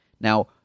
Now